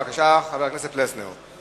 בבקשה, חבר הכנסת פלסנר.